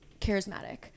charismatic